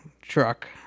truck